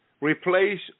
replace